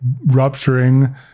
rupturing